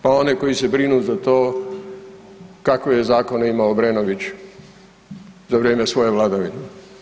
Pa one koji se brinu za to, kakve je zakone imao Obrenović za vrijeme svoje vladavine?